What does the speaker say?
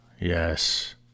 Yes